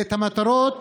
מטרות